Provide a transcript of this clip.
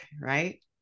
right